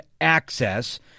access